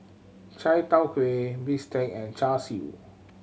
chai tow kway bistake and Char Siu